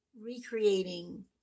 recreating